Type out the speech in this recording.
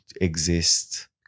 exist